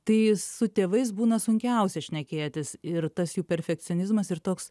tai su tėvais būna sunkiausia šnekėtis ir tas jų perfekcionizmas ir toks